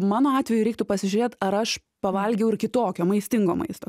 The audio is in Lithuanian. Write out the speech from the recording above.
mano atveju reiktų pasižiūrėt ar aš pavalgiau ir kitokio maistingo maisto